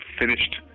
finished